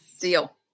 deal